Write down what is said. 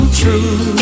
true